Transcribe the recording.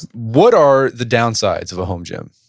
what are the downsides of a home gym?